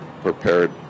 prepared